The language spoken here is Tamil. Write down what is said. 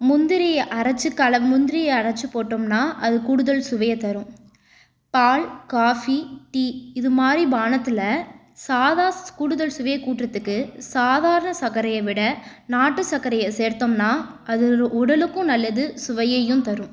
முந்திரியை அரைச்சி கல அரைச்சி போட்டோம்னா அது கூடுதல் சுவையை தரும் பால் காஃபி டீ இதுமாதிரி பானத்தில் சாதா கூடுதல் சுவையை கூற்றத்துக்கு சாதாரண சர்க்கரைய விட நாட்டு சர்க்கரைய சேர்த்தம்னா அது உடலுக்கும் நல்லது சுவையையும் தரும்